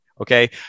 Okay